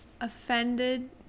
offended